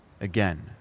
Again